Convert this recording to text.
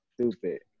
stupid